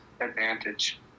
advantage